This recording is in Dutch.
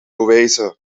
bewijzen